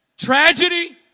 tragedy